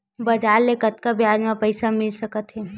बजार ले कतका ब्याज म पईसा मिल सकत हे?